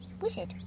Wizard